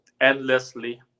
endlessly